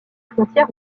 frontières